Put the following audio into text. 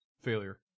Failure